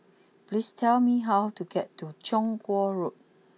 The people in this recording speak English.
please tell me how to get to Chong Kuo Road